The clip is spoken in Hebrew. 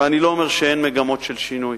ואני לא אומר שאין מגמות של שינוי.